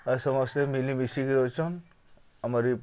ଆଉ ସମସ୍ତେ ମିଲି ମିଶିକିରି ଅଛନ୍ ଆମର ଇ